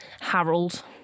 Harold